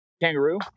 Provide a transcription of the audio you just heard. Kangaroo